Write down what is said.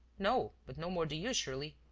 no, but no more do you, surely.